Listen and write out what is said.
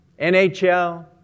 NHL